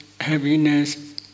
heaviness